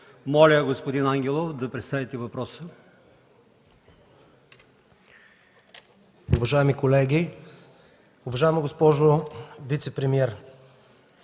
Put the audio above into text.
Моля, господин Ангелов, да представите въпроса.